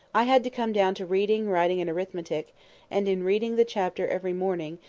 i had to come down to reading, writing, and arithmetic and, in reading the chapter every morning,